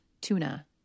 tuna